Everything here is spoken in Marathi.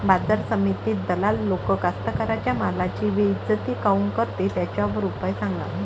बाजार समितीत दलाल लोक कास्ताकाराच्या मालाची बेइज्जती काऊन करते? त्याच्यावर उपाव सांगा